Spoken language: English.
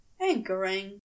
anchoring